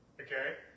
Okay